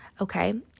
Okay